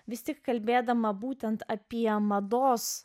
visi kalbėdama būtent apie mados